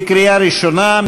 קריאה ראשונה.